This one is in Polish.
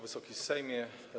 Wysoki Sejmie!